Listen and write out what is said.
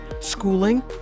schooling